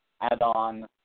add-on